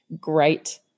great